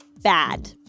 Bad